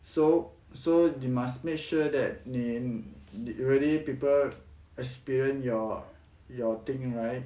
so so you must make sure that 你 really people experience your your thing right